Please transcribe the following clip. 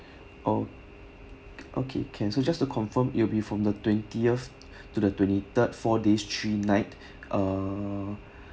oh okay can so just to confirm it'll be from the twentieth to the twenty-third four days three night ah